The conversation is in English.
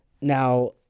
Now